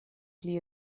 pli